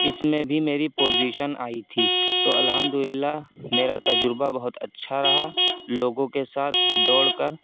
اس میں بھی میری پوزیشن آئی تھی تو الحمد للّہ میرا تجربہ بہت اچّھا رہا لوگوں کے ساتھ دوڑ کر